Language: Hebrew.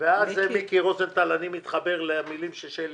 וכאן אני מתחבר למילים של שלי,